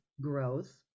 growth